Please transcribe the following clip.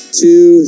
two